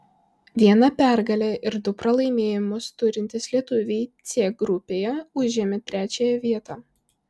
vieną pergalę ir du pralaimėjimus turintys lietuviai c grupėje užėmė trečiąją vietą